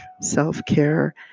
Self-care